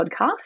podcast